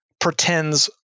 pretends